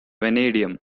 vanadium